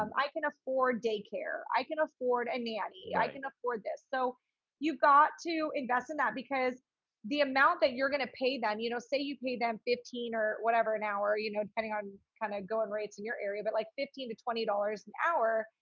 um i can afford daycare. i can afford a and nanny. i can afford this. so you've got to invest in that because the amount that you're going to pay them, you know, say you pay them fifteen or whatever an hour, you know, depending on kind of going rates in your area, but like fifteen to twenty dollars an hour,